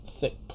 thick